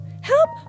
help